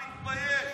לא מתבייש.